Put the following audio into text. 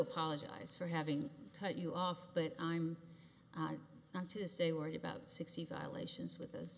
apologize for having cut you off but i'm not to stay worried about sixty violations with